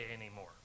anymore